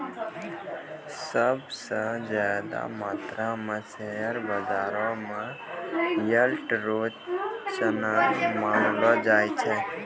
सब स ज्यादा मात्रो म शेयर बाजारो म यील्ड रो चलन मानलो जाय छै